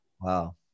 Wow